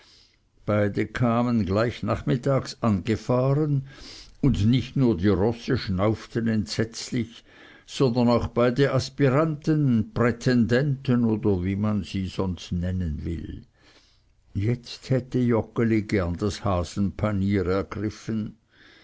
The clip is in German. beide kamen gleich nach mittags angefahren und nicht nur die rosse schnauften entsetzlich sondern auch beide aspiranten prätendenten oder wie man sie sonst nennen will jetzt hätte joggeli gern das hasenpanier ergriffen